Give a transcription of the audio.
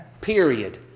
Period